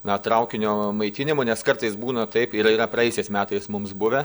na traukinio maitinimu nes kartais būna taip ir yra praėjusiais metais mums buvę